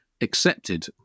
Accepted